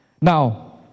Now